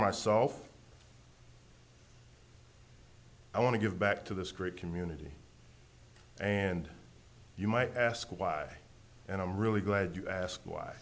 myself i want to give back to this great community and you might ask why and i'm really glad you asked why